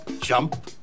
jump